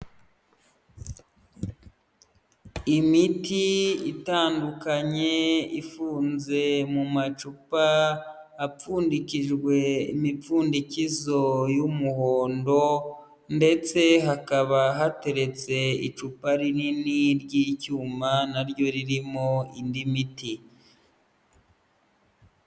Imiti itandukanye ifunze mu macupa apfundikijwe imipfundikizo y'umuhondo ndetse hakaba hateretse icupa rinini ry'icyuma na ryo ririmo indi miti.